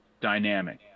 dynamic